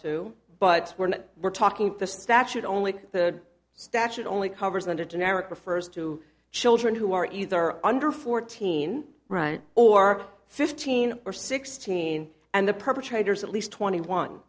too but we're not we're talking the statute only the statute only covers under generic refers to children who are either under fourteen right or fifteen or sixteen and the perpetrators at least twenty one